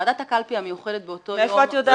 ועדת הקלפי המיוחדת באותו יום --- מאיפה את יודעת?